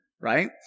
right